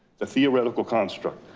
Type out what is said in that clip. a theoretical construct.